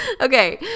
Okay